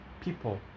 people